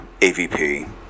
avp